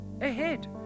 ahead